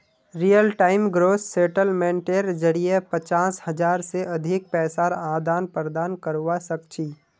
real time gross सेटलमेंटेर जरिये पचास हज़ार से अधिक पैसार आदान प्रदान करवा सक छी